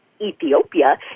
Ethiopia